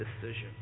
decision